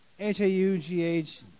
H-A-U-G-H